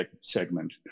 segment